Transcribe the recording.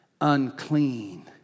Unclean